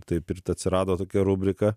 taip ir ta atsirado tokia rubrika